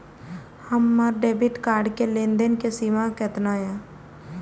हमार debit card के लेन देन के सीमा केतना ये?